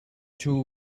two